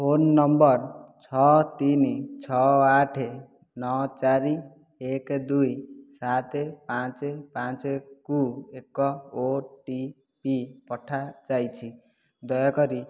phone number ଛଅ ତିନି ଛଅ ଆଠ ନଅ ଚାରି ଏକ ଦୁଇ ସାତ ପାଞ୍ଚ ପାଞ୍ଚକୁ ଏକ ଓ ଟି ପି ପଠାଯାଇଛି ଦୟାକରି